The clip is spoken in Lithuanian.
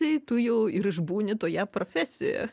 tai tu jau ir išbūni toje profesijoje